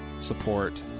Support